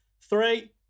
Three